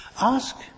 Ask